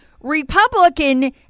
Republican